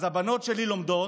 אז הבנות שלי לומדות.